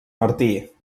martí